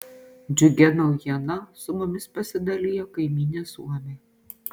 džiugia naujiena su mumis pasidalijo kaimynė suomė